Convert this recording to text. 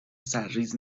سرریز